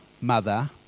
mother